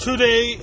Today